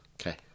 Okay